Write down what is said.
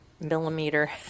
millimeter